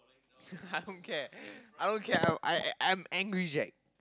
I don't care I don't care I I I'm angry Jack